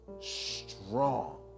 strong